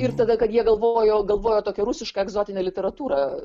ir tada kad jie galvojo galvojo tokią rusišką egzotinę literatūrą